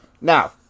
Now